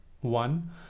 one